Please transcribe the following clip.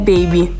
Baby